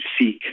seek